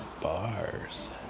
bars